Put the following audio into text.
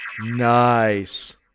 Nice